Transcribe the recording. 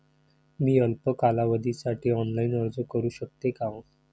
मी अल्प कालावधीसाठी ऑनलाइन अर्ज करू शकते का?